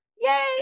Yay